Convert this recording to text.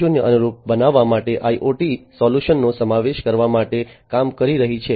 0 અનુરૂપ બનાવવા માટે IoT સોલ્યુશન્સનો સમાવેશ કરવા માટે કામ કરી રહી છે